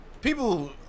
people